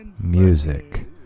music